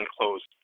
closed